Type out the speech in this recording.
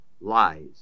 lies